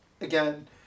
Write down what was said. again